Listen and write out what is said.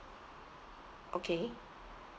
okay